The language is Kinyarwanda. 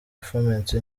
performance